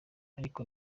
ariko